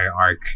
arc